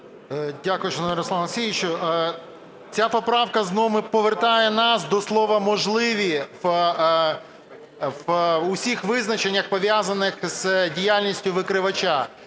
Олексійовичу. Ця поправка знову повертає нас до слова "можливі" в усіх визначеннях, пов'язаних з діяльністю викривача.